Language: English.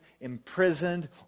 imprisoned